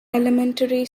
elementary